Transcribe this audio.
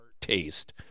taste